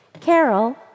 Carol